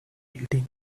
eating